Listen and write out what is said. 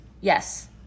Yes